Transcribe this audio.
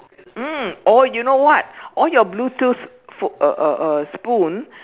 mm or you know what all your bluetooth f~ uh uh uh spoon